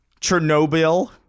Chernobyl